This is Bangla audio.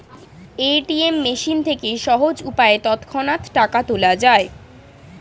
এ.টি.এম মেশিন থেকে সহজ উপায়ে তৎক্ষণাৎ টাকা তোলা যায়